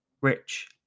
rich